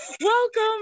welcome